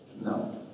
No